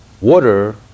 Water